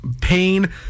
pain